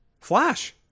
flash